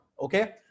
Okay